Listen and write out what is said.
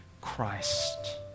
Christ